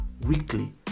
weekly